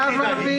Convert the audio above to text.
אל תדאג.